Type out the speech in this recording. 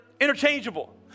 interchangeable